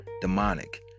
Demonic